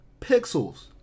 Pixels